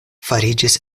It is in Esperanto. fariĝis